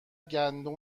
گندم